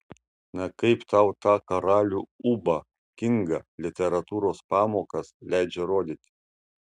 na kaip tau tą karalių ūbą kingą literatūros pamokas leidžia rodyti